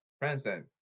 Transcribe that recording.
Princeton